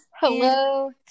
Hello